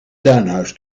tuinhuis